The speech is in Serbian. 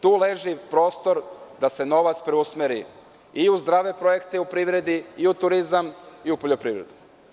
Tu leži prostor da se novac preusmeri i u zdrave projekte u privredi i u turizam i u poljoprivredu.